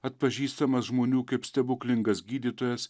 atpažįstamas žmonių kaip stebuklingas gydytojas